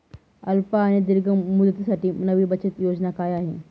अल्प आणि दीर्घ मुदतीसाठी नवी बचत योजना काय आहे?